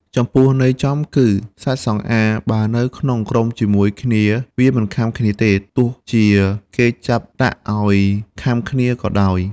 ចំពោះ ន័យចំគឺសត្វសង្អារ បើនៅក្នុងក្រុមជាមួយគ្នា វាមិនខាំគ្នាទេ ទោះជាគេចាប់ដាក់ឲ្យខាំគ្នាក៏ដោយ ។